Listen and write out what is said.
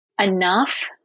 enough